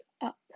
up